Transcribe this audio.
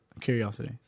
Curiosity